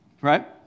right